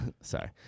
sorry